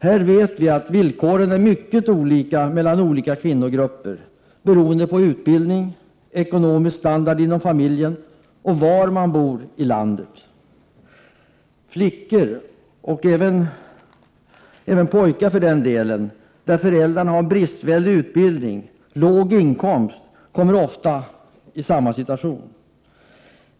Här vet vi att villkoren är mycket olika mellan skilda kvinnogrupper beroende på utbildning, ekonomisk standard inom familjen och var man bor i landet. Flickor — och även pojkar för den delen — vilkas föräldrar har en bristfällig utbildning och låga inkomster, hamnar ofta i samma situation.